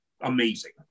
amazing